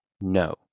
No